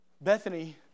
Bethany